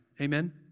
Amen